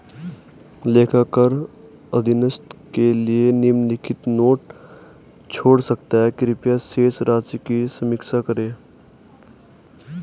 लेखाकार अधीनस्थ के लिए निम्नलिखित नोट छोड़ सकता है कृपया शेष राशि की समीक्षा करें